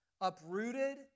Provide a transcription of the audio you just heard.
Uprooted